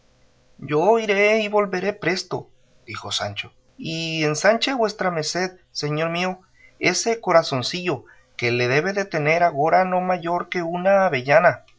y volveré presto dijo sancho y ensanche vuestra merced señor mío ese corazoncillo que le debe de tener agora no mayor que una avellana